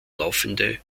laufende